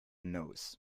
knows